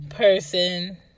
person